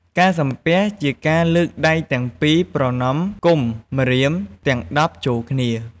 ការសំពះ ជាការលើកដៃទាំងពីរ ប្រណមផ្គុំម្រាមទាំង១០ចូលគ្នា។